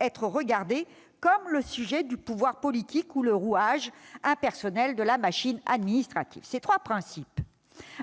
être regardé comme le sujet du pouvoir politique ou le rouage impersonnel de la machine administrative. Ces trois principes,